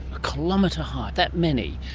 a kilometre high! that many!